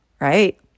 right